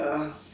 uh